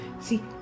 See